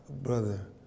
brother